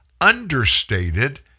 understated